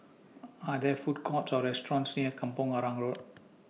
Are There Food Courts Or restaurants near Kampong Arang Road